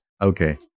okay